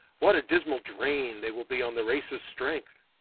what a dismal drain they will be on the race's strength!